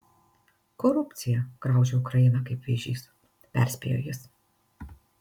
korupcija graužia ukrainą kaip vėžys perspėjo jis